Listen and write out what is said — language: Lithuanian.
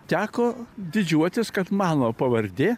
teko didžiuotis kad mano pavardė